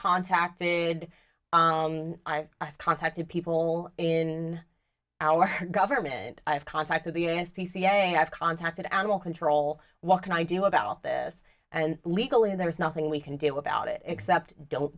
contacted i contacted people in our government i've contacted the s c c a i've contacted animal control what can i do about this and legally there's nothing we can do about it except don't